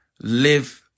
live